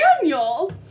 Daniel